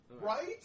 Right